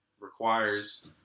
requires